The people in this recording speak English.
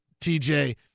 TJ